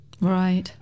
Right